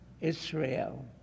Israel